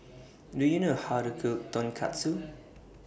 Do YOU know How to Cook Tonkatsu